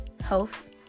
health